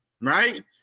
right